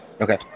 Okay